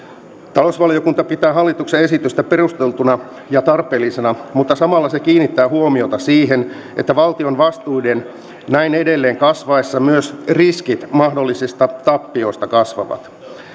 talousvaliokunta pitää hallituksen esitystä perusteltuna ja tarpeellisena mutta samalla se kiinnittää huomiota siihen että valtion vastuiden näin edelleen kasvaessa myös riskit mahdollisista tappioista kasvavat